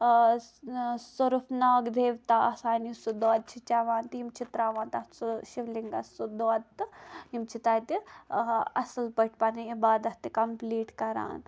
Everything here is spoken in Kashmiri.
ٲں سرُف ناگ دیوتا آسان یُس سُہ دۄد چھُ چیٚوان تہٕ یِم چھِ تراوان تَتھ سُہ شِولِنگس سُہ دۄد تہٕ یِم چھِ تَتہِ اصل پٲٹھۍ پَنٕنۍ عبادت تہِ کَمپٕلیٖٹ کَران